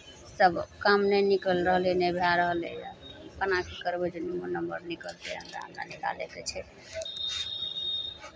सभ काम नहि निकलि रहलै नहि भए रहलैए केना की करबै जे हमर नम्बर निकलतै हमरा एना निकालयके छै